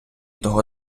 того